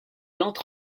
entre